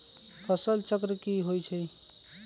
फसल चक्र की होइ छई?